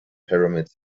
pyramids